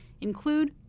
include